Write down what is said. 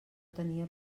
tenia